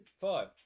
five